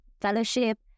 fellowship